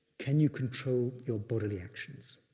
can you control your bodily actions?